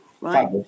right